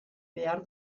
behar